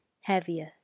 heavier